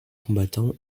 combattants